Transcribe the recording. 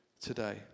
today